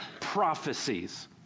prophecies